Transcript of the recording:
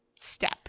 step